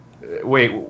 Wait